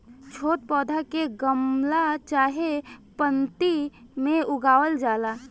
छोट पौधा के गमला चाहे पन्नी में उगावल जाला